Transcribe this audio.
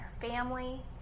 Family